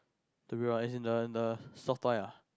the real one as in the the soft toy ah